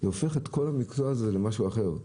זה הופך את כל המקצוע הזה למשהו אחר.